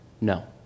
No